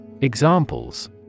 Examples